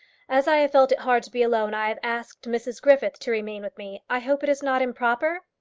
as i have felt it hard to be alone, i have asked mrs griffith to remain with me. i hope it is not improper?